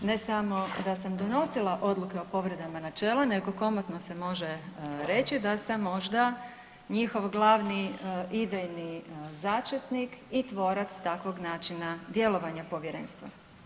Ne samo da sam donosila odluke o povredama načela nego komotno se može reći da sam možda njihov glavni i idejni začetnik i tvorac takvog načina djelovanja povjerenstva.